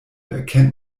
erkennt